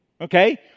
Okay